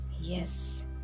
Yes